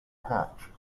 hatch